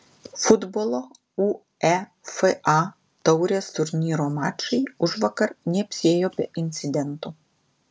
futbolo uefa taurės turnyro mačai užvakar neapsiėjo be incidentų